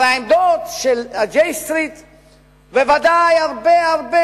הרי העמדות של ה- J Streetבוודאי הרבה הרבה